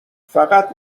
فقط